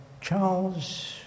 Charles